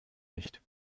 nicht